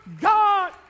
God